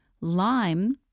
lime